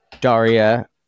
Daria